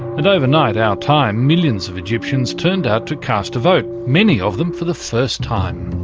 and overnight, our time, millions of egyptians turned out to cast a vote, many of them for the first time.